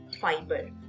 fiber